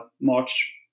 March